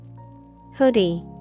Hoodie